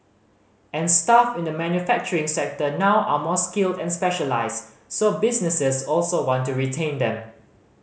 and staff in the manufacturing sector now are more skilled and specialised so businesses also want to retain them